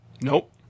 Nope